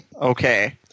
Okay